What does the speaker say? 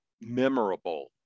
memorable